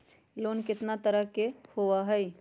Loan केतना तरह के होअ हई?